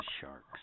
sharks